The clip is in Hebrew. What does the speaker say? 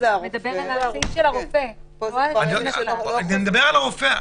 אני מדבר על הרופא.